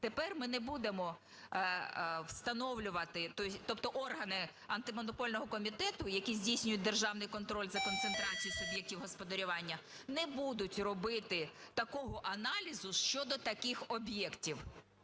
тепер ми не будемо встановлювати, тобто органи Антимонопольного комітету, які здійснюють державний контроль за концентрацією суб'єктів господарювання, не будуть робити такого аналізу щодо таких об'єктів.